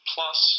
Plus